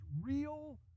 real